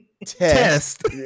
Test